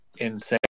insane